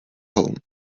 home